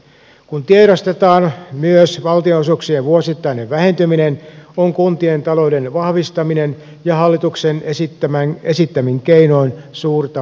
kun tiedostetaan myös valtionosuuksien vuosittainen vähentyminen on kuntien talouden vahvistaminen hallituksen esittämin keinoin suurta toiveajattelua